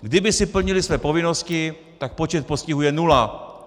Kdyby si plnili svoje povinnosti, tak počet postihů je nula!